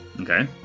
Okay